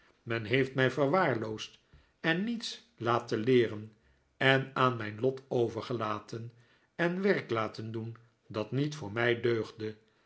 men heeft mij verwaarloosd en niets laten leeren en aan mijn lot overgelaten en werk laten doen dat niet voor mij deugde